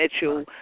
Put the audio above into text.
Mitchell